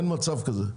אין מצב כזה,